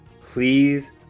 please